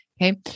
Okay